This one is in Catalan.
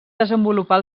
desenvolupar